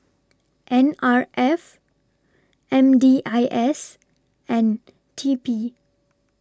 N R F M D I S and T P